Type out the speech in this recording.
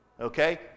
Okay